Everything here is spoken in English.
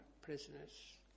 prisoners